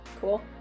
Cool